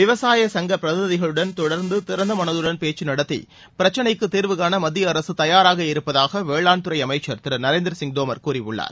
விவசாய சங்கப் பிரதிநிதிகளுடன் தொடர்ந்து திறந்த மனதுடன் பேச்சு நடத்தி பிரச்சனைக்கு தீர்வுகாண மத்திய அரசு தயாராக இருப்பதாக வேளாண்துறை அமைச்சர் திரு நரேந்திரசிங் தோமர் கூறியுள்ளார்